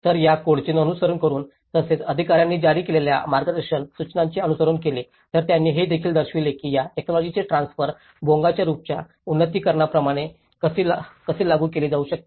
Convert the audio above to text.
तर या कोडचे अनुसरण करून तसेच अधिकाऱ्यानी जारी केलेल्या मार्गदर्शक सूचनांचे अनुसरण केले तर त्यांनी हे देखील दर्शविले की या टेकनॉलॉजिाचे ट्रान्सफर बोंगाच्या रूफच्या उन्नतीकरणाप्रमाणे कसे लागू केले जाऊ शकते